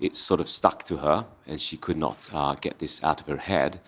it sort of stuck to her and she could not ah get this out of her head.